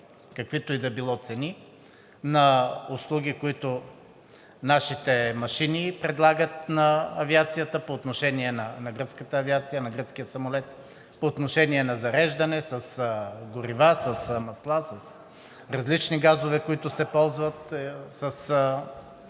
каквито и да било цени на услуги, които нашите машини предлагат по отношение на гръцката авиация, на гръцкия самолет по отношение на зареждане с горива, с масла, с различни газове, които се ползват, с